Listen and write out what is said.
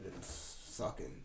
sucking